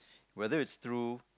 whether it's through